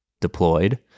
deployed